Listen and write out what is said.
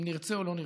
אם נרצה או לא נרצה.